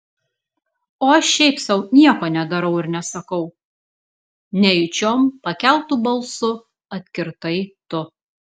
o aš šiaip sau nieko nedarau ir nesakau nejučiom pakeltu balsu atkirtai tu